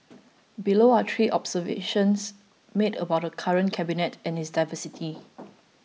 below are three observations made about the current cabinet and its diversity